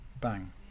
Bang